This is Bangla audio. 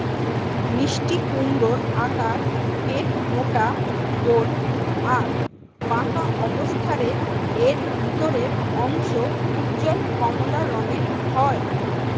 মিষ্টিকুমড়োর আকার পেটমোটা গোল আর পাকা অবস্থারে এর ভিতরের অংশ উজ্জ্বল কমলা রঙের হয়